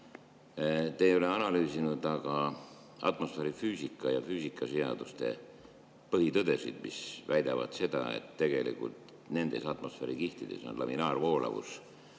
Te ei ole analüüsinud aga atmosfäärifüüsika ja füüsikaseaduste põhitõdesid, mis väidavad seda, et tegelikult on nendes atmosfäärikihtides laminaarne voolavus